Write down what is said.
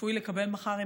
שצפוי לקבל מחר,